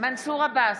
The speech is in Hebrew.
מנסור עבאס,